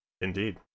Indeed